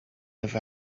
live